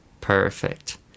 Perfect